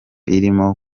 irimo